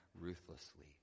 ruthlessly